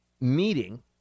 meeting